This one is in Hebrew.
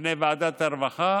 לפני ועדת הרווחה.